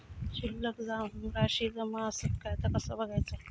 शिल्लक राशी जमा आसत काय ता कसा बगायचा?